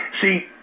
See